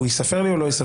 הוא ייספר לי או אלא?